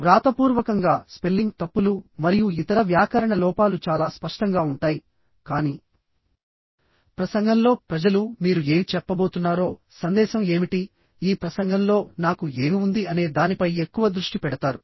వ్రాతపూర్వకంగా spelling తప్పులు మరియు ఇతర వ్యాకరణ లోపాలు చాలా స్పష్టంగా ఉంటాయికానీ ప్రసంగంలో ప్రజలు మీరు ఏమి చెప్పబోతున్నారో సందేశం ఏమిటి ఈ ప్రసంగంలో నాకు ఏమి ఉంది అనే దానిపై ఎక్కువ దృష్టి పెడతారు